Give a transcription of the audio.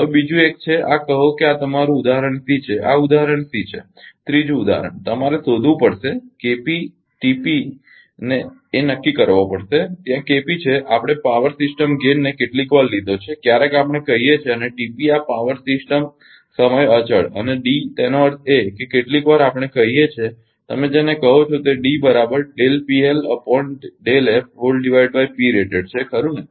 હવે બીજું એક છે આ કહો કે આ તમારું ઉદાહરણ સી છે આ ઉદાહરણ સી છે ત્રીજું ઉદાહરણ તમારે શોધવુ પડશે ને નક્કી કરવા પડશે ત્યાં છે આપણે પાવર સિસ્ટમ ગેઇનને કેટલીક વાર કીધો છે ક્યારેક આપણે કહીએ છીએ અને પાવર સિસ્ટમ સમય અચળ અને D તેનો અર્થ એ કે કેટલીકવાર આપણે કહીએ છીએ કે તમે જેને કહો છો તે છે ખરુ ને